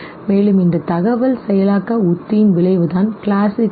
மேலும் இந்த தகவல் செயலாக்க உத்தியின் விளைவுதான் கிளாசிக்கல் classical conditioning